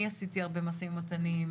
אני עשיתי הרבה משאים ומתנים,